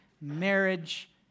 marriage